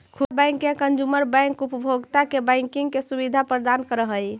खुदरा बैंक या consumer bank उपभोक्ता के बैंकिंग के सुविधा प्रदान करऽ हइ